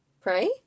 Pray